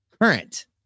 Current